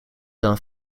dan